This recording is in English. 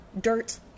dirt